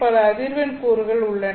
பல அதிர்வெண் கூறுகள் உள்ளன